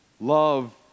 Love